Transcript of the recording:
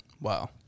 Wow